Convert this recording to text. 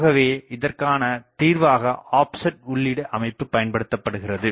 ஆகவே இதற்கான தீர்வாக ஆப்செட் உள்ளீடு அமைப்பு பயன்படுத்தபடுகிறது